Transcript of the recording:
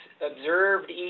observed